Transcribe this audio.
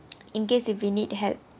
in case if we need help